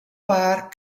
waar